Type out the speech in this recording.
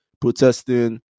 protesting